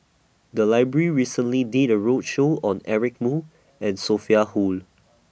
The Library recently did A roadshow on Eric Moo and Sophia Hull